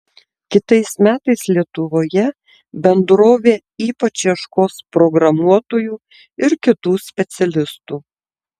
kitais metais lietuvoje bendrovė ypač ieškos programuotojų ir kitų specialistų